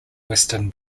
western